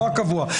לא הקבוע,